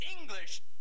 English